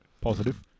Positive